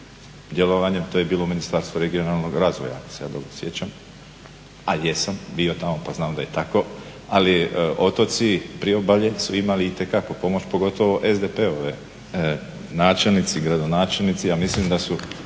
djelovanjem, to je bilo Ministarstvo regionalnog razvoja ako se ja dobro sjećam, a jesam bio tamo pa znam da je tako. Ali otoci, priobalje su imali itekako pomoć, pogotovo SDP-ovi načelnici, gradonačelnici, a mislim da su